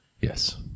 Yes